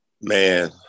Man